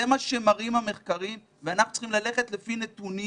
זה מה שמראים המחקרים ואנחנו צריכים ללכת לפי נתונים